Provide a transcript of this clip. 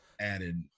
added